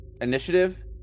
initiative